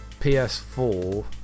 PS4